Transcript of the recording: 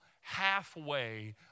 halfway